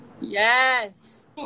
Yes